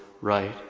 right